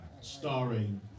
starring